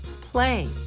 play